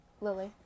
Lily